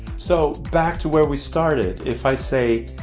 so back to where we started, if i say,